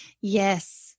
Yes